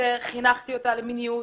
שחינכתי אותה למיניות